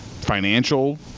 financial